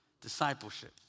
Discipleship